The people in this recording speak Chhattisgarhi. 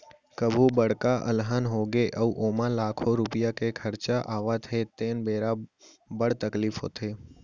कभू बड़का अलहन होगे अउ ओमा लाखों रूपिया के खरचा आवत हे तेन बेरा बड़ तकलीफ होथे